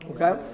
Okay